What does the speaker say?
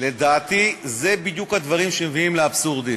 לדעתי זה בדיוק מהדברים שמביאים לאבסורדים.